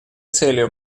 целью